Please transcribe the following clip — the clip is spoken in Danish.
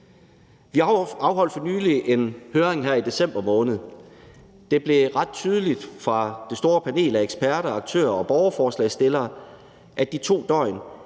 Vi afholdt for nylig, her i december måned, en høring. Det blev ret tydeligt fra det store panel af eksperter, aktører og borgerforslagsstillere, at de 2 døgn